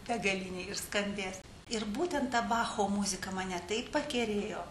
begalinė ir skambės ir būtent ta bacho muzika mane taip pakerėjo